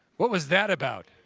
what was that about?